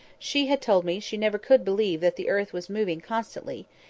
she had told me she never could believe that the earth was moving constantly,